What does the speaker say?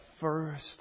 first